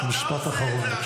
אתה עושה את זה עכשיו.